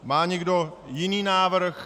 Má někdo jiný návrh?